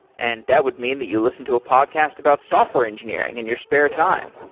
and that would mean that you listened to a podcast about software engineering in your spare time,